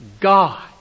God